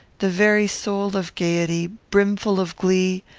the very soul of gayety, brimfull of glee,